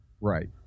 Right